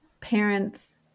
parents